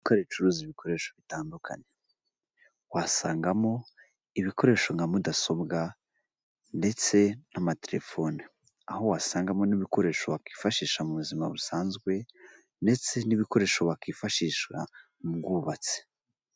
Iduka ricuruza ibicuruza ibikoresho bitandukanye, wasangamo ibikoresho nka mudasobwa, ndetse n'amatelefoni, aho wasangamo n'ibikoresho bakifashisha mu buzima busanzwe, ndetse n'ibikoresho bakifashishwa mu bw'ubatsi.